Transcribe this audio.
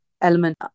element